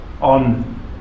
on